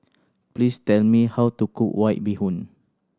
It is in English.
please tell me how to cook White Bee Hoon